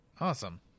awesome